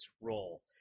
role